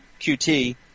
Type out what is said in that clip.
QT